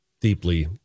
deeply